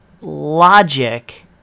logic